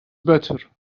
better